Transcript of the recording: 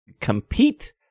compete